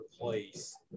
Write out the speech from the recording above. replace